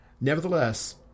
Nevertheless